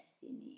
destiny